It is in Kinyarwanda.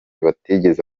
batagize